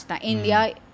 India